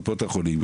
ומשפחותיהם,